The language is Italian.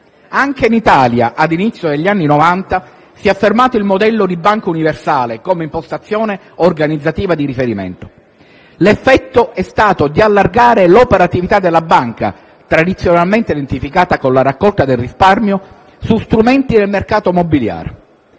Anche in Italia, a inizio degli anni Novanta, si è affermato il modello di banca universale come impostazione organizzativa di riferimento. L'effetto è stato di allargare l'operatività della banca, tradizionalmente identificata con la raccolta del risparmio, su strumenti del mercato mobiliare